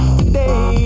today